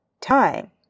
time